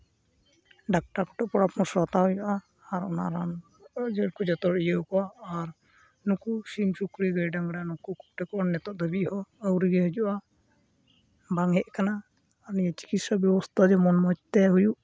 doctor ᱠᱚ ᱴᱷᱮᱡ ᱯᱚᱨᱟᱢᱚᱨᱥᱚ ᱦᱟᱛᱟᱣ ᱦᱩᱭᱩᱜᱼᱟ ᱟᱨ ᱚᱱᱟ ᱨᱟᱱ ᱡᱟᱹᱲ ᱠᱚ ᱡᱚᱛᱚ ᱤᱭᱟᱹᱣᱟᱠᱚᱣᱟ ᱟᱨ ᱱᱩᱠᱩ ᱥᱤᱢ ᱥᱩᱠᱨᱤ ᱜᱟᱹᱭ ᱰᱟᱝᱨᱟ ᱱᱩᱠᱩ ᱠᱚ ᱴᱷᱮᱡ ᱱᱤᱛᱳᱜ ᱫᱷᱟᱹᱵᱤᱡ ᱦᱚᱸ ᱟᱹᱣᱨᱤ ᱜᱮ ᱦᱤᱡᱩᱜᱼᱟ ᱵᱟᱝ ᱦᱮᱡ ᱠᱟᱱᱟ ᱟᱨ ᱱᱤᱭᱟᱹ ᱪᱤᱠᱤᱥᱥᱟ ᱵᱮᱵᱚᱥᱛᱷᱟ ᱡᱮᱢᱚᱱ ᱢᱚᱡᱽ ᱛᱮ ᱦᱩᱭᱩᱜ